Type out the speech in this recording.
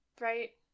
Right